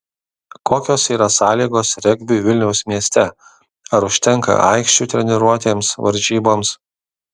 kokios yra sąlygos regbiui vilniaus mieste ar užtenka aikščių treniruotėms varžyboms